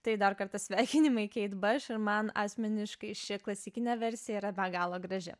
tai dar kartą sveikinimai keit baš ir man asmeniškai ši klasikinė versija yra be galo graži